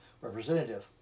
representative